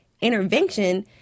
intervention